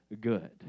good